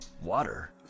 water